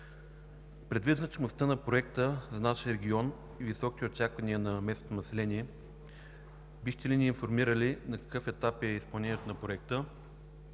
Предвид значимостта на проекта за нашия регион и високите очаквания на местното население, бихте ли ни информирали на какъв етап е изпълнението на проекта;